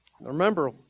Remember